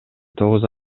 тогуз